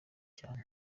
cyane